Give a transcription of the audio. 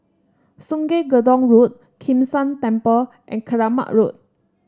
Sungei Gedong Road Kim San Temple and Keramat Road